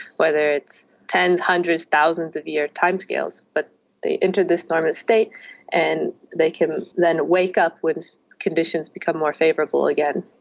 whether it's tens, hundreds, thousands of year timescales, but they enter this dormant state and they can then wake up when conditions become more favourable again.